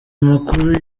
makuru